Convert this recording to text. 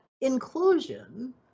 inclusion